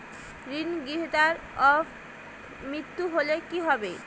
ঋণ গ্রহীতার অপ মৃত্যু হলে কি হবে?